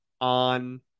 on